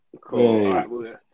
cool